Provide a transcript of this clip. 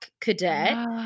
cadet